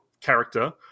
character